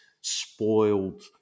spoiled